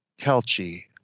Kelchi